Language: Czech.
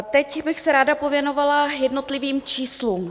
Teď bych se ráda pověnovala jednotlivým číslům.